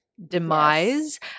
demise